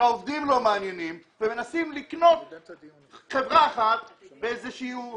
שהעובדים לא מעניינים ומנסים לקנות חברה אחת באיזשהו